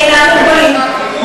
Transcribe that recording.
אינם מוגבלים.